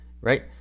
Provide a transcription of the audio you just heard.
right